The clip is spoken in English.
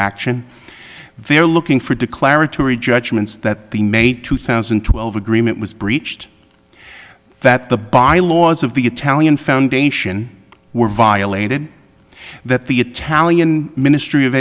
action they're looking for declaratory judgements that the may two thousand and twelve agreement was breached that the bylaws of the italian foundation were violated that the italian ministry of